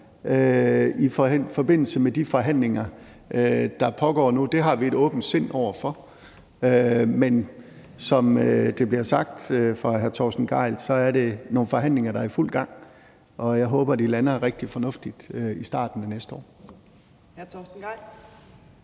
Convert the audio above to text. i forbindelse med de forhandlinger, der pågår nu, har vi et åbent sind over for, men som det bliver sagt fra hr. Torsten Gejls side, er det nogle forhandlinger, der er i fuld gang. Og jeg håber, at de lander rigtig fornuftigt i starten af næste år.